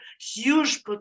huge